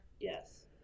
Yes